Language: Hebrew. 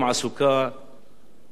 במלחמה פנימית,